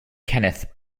kenneth